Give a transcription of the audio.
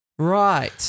Right